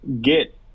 get